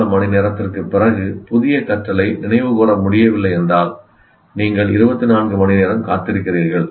கற்றவருக்கு 24 மணி நேரத்திற்குப் பிறகு புதிய கற்றலை நினைவுகூர முடியவில்லை என்றால் நீங்கள் 24 மணிநேரம் காத்திருக்கிறீர்கள்